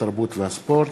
התרבות והספורט.